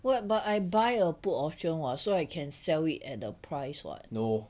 what but I buy a put option [what] so I can sell it at the price [what]